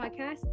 podcast